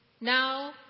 Now